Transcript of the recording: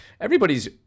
everybody's